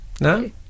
No